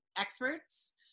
experts